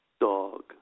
dog